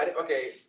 Okay